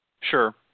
sure